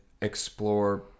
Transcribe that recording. explore